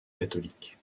catholique